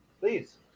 Please